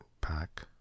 pack